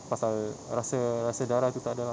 pasal rasa rasa darah itu tak ada lah